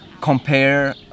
compare